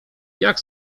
jak